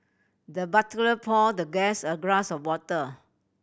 the butler poured the guest a glass of water